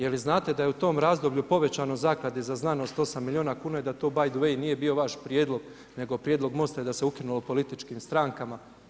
Je li znate da je u tom razdoblju povećano Zakladi za znanost 8 milijuna kuna i da to By the way nije bio vaš prijedlog, nego prijedlog Mosta i da se ukinuo političkim strankama?